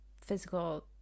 physical